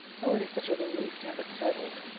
oh, it is such a relief to have it settled!